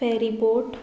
ferry boat